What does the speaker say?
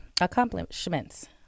accomplishments